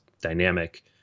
dynamic